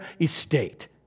estate